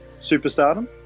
superstardom